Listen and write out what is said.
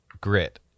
grit